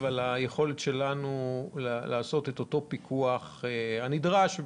על היכולת שלנו לעשות את אותו הפיקוח הנדרש,